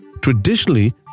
Traditionally